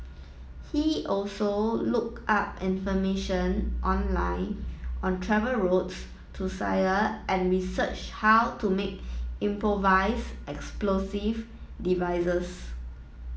he also look up information online on travel routes to Syria and researched how to make improvise explosive devices